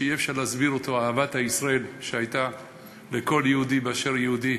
שאי-אפשר להסביר אותו: אהבת ישראל שהייתה בו לכל יהודי באשר הוא יהודי.